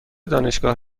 دانشگاه